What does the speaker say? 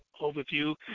overview